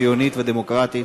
ציונית ודמוקרטית.